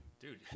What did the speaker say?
dude